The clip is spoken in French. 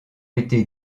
été